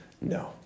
no